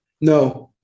No